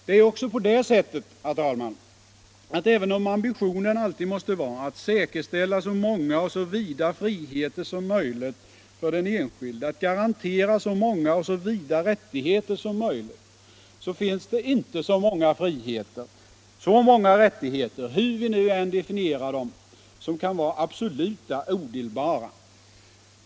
Det är också på det sättet, herr talman, att även om ambitionen alltid måste vara att säkerställa så många och så vida friheter som möjligt för den enskilde, att garantera så många och så vida rättigheter som möjligt, så finns det inte så många friheter, så många rättigheter — hur vi nu än definierar dem — som kan vara absoluta, odelbara.